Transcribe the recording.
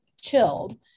chilled